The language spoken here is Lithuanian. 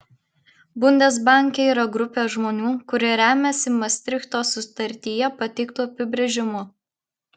bundesbanke yra grupė žmonių kurie remiasi mastrichto sutartyje pateiktu apibrėžimu